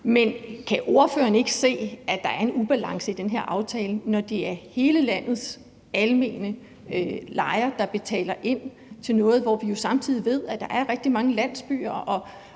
Men kan ordføreren ikke se, at der er en ubalance i den her aftale, når det er hele landets almene lejere, der betaler ind til noget, og vi jo samtidig ved, at der er rigtig mange landsbyer og